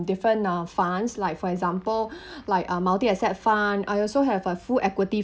different uh funds like for example like um multi asset fund I also have a full equity